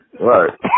right